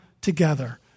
together